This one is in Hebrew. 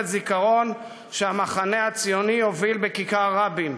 זיכרון שהמחנה הציוני יוביל בכיכר רבין.